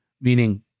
meaning